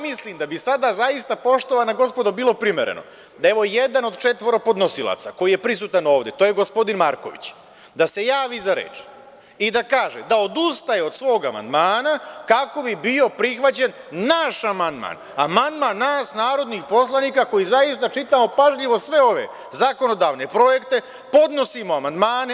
Mislim da bi sada zaista, poštovana gospodo, bilo primereno da je ovo jedan od četvoro podnosilaca koji je prisutan ovde, to je gospodin Marković, da se javi za reč i da kaže da odustaje od svog amandmana, kako bi bio prihvaćen naš amandman, amandman nas narodnih poslanika koji zaista čitamo pažljivo sve ove zakonodavne projekte, podnosimo amandmane.